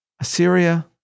Assyria